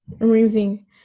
Amazing